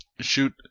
Shoot